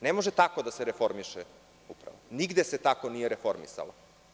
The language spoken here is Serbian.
Ne može tako da se reformiše uprava, nigde se tako nije reformisala.